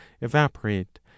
evaporate